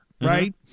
right